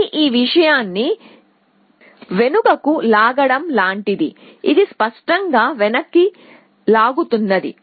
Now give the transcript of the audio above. ఇది ఈ విషయం ని వెనుకకు లాగడం లాంటిది ఇది స్పష్టం గా వెనక్కి లాగుతున్నది